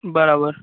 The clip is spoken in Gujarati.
બરાબર